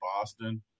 Boston